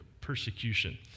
persecution